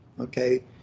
okay